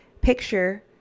picture